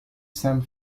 saint